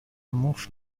مفت